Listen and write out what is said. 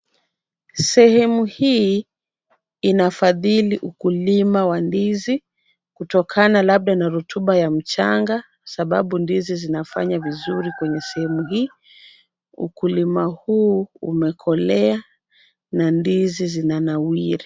Sehemu hii inafadhili ukulima wa ndizi kutokana labda na rotuba ya mchanga, sababu ndizi zinafanya vizuri kwenye sehemu hii. Ukulima huu umekolea na ndizi zinanawiri.